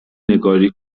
نگاری